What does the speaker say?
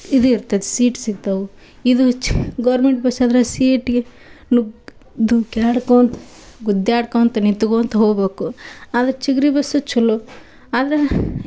ಇದು ಇರ್ತದೆ ಸೀಟ್ ಸಿಗ್ತವೆ ಇದು ಛ್ ಗೌರ್ಮೆಂಟ್ ಬಸ್ ಆದ್ರೆ ಸೀಟ್ಗೆ ನುಗ್ಗಿ ದು ಕ್ಯಾಡ್ಕೋಂತ ಗುದ್ಯಾಡ್ಕೋತ ನಿತ್ಕೋಂತ ಹೋಬಕು ಆದ್ರೆ ಚಿಗ್ರೆ ಬಸ್ಸು ಛಲೋ ಆದ್ರೆ ಈ